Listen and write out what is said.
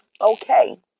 Okay